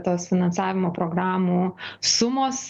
tos finansavimo programų sumos